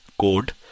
code